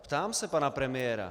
Ptám se pana premiéra.